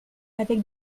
avec